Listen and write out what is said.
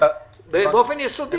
באופן יסודי.